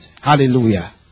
Hallelujah